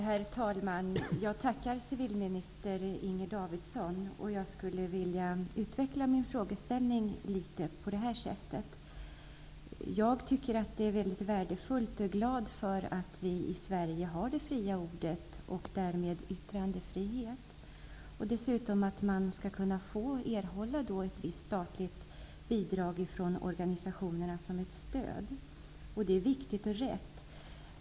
Herr talman! Jag tackar civilminister Inger Davidson för svaret. Jag skulle vilja utveckla min frågeställning något. Jag tycker att det är mycket värdefullt och är glad för att vi i Sverige har det fria ordet och därmed yttrandefrihet. Det är dessutom värdefullt att organisationerna skall kunna erhålla ett visst statligt bidrag som stöd. Det är viktigt och rätt.